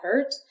effort